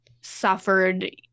suffered